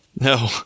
No